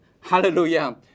Hallelujah